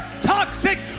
toxic